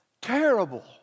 terrible